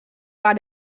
war